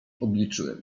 obliczyłem